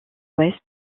ouest